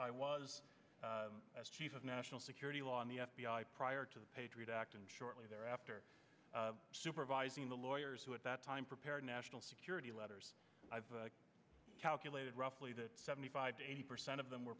i was as chief of national security law on the f b i prior to the patriot act and shortly thereafter supervising the lawyers who at that time prepared national security letters i've calculated roughly that seventy five to eighty percent of them were